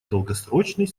долгосрочной